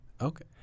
Okay